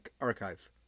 Archive